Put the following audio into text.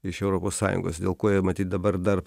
iš europos sąjungos dėl ko jie matyt dabar dar